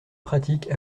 pratiques